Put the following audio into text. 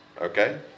Okay